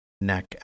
neck